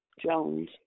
Jones